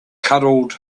cuddled